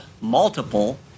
multiple